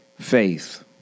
faith